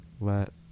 let